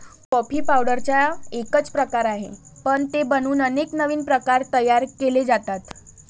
coffee पावडरचा एकच प्रकार आहे, पण ते बनवून अनेक नवीन प्रकार तयार केले जातात